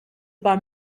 par